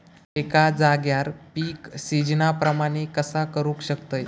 एका जाग्यार पीक सिजना प्रमाणे कसा करुक शकतय?